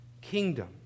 kingdom